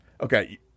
Okay